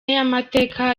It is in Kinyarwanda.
y’amateka